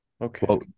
Okay